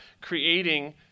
creating